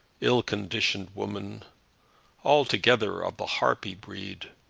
ill-conditioned woman altogether of the harpy breed!